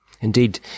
Indeed